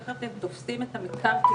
אנחנו מבקשים להמשיך בדיאלוג מול השלטון המקומי.